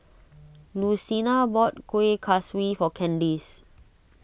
Lucina bought Kuih Kaswi for Kandice